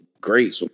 great